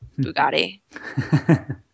Bugatti